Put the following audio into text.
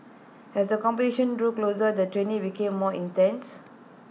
as the competition drew closer the training became more intense